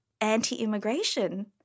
anti-immigration